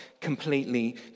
completely